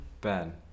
Ben